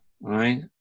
right